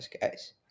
guys